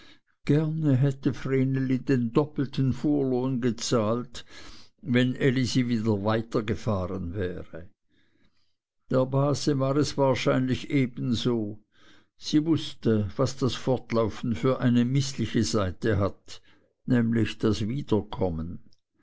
gerne hätte vreneli den doppelten fuhrlohn bezahlt wenn elisi wieder weitergefahren wäre der base war es wahrscheinlich ebenso sie wußte was das fortlaufen für eine mißliche seite hat nämlich das wiederkommen